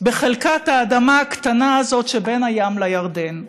בחלקת האדמה הקטנה הזאת שבין הים לירדן.